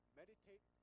meditate